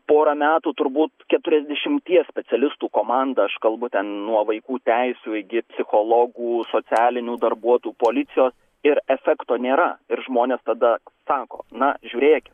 pora metų turbūt keturiasdešimties specialistų komanda aš kalbu ten nuo vaikų teisių iki psichologų socialinių darbuotų policijos ir efekto nėra ir žmonės tada sako na žiūrėkit